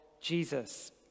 Jesus